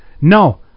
no